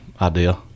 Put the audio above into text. idea